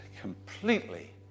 completely